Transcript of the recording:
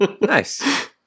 Nice